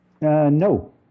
No